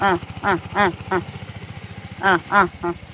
ആ ആ ആ ആ ആ ആ ആ